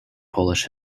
polish